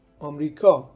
America